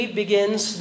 begins